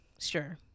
sure